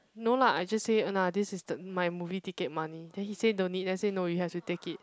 no lah I just say nah this is the my movie ticket money then he said don't need then I say no you have to take it